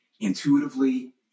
intuitively